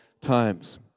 times